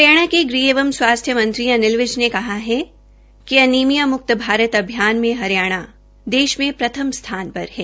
हरियाणा के गुंह एवं स्वास्थ्य मंत्री अनिल विज ने कहा कि एनिमिया म्क्त भारत अभियान में हरियाणा देश में प्रथम स्थान पर है